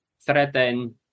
threaten